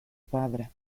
padre